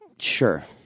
Sure